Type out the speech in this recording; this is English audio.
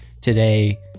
today